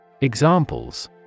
Examples